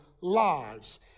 lives